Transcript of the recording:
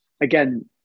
Again